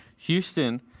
Houston